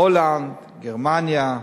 הולנד, גרמניה,